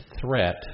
threat